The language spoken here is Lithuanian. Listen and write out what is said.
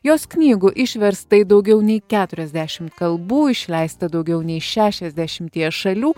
jos knygų išversta daugiau nei keturiasdešim kalbų išleista daugiau nei šešiasdešimtyje šalių